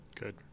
Good